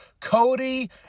Cody